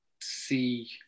see